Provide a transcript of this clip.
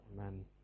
Amen